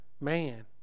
man